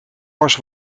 was